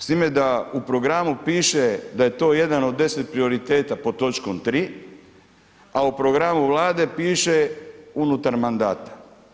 S time da u programu piše da je to jedan od 10 prioriteta pod točkom 3, a u programu vlade piše unutar mandata.